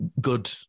good